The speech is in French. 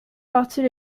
partie